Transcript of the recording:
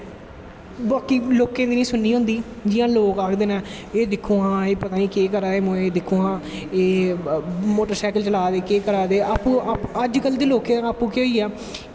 बाकी लोकें दी नी सुननी होंदी ऐ जियां लोग आखदे नै एह् दिक्खो हां पता नी केह् करा दे मोए दिक्खो हां एह् मोटर सैकल चला दे केह् करा दे आपूं अज्ज कल दे लोकें आपूं केह् होईजा